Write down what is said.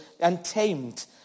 untamed